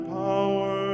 power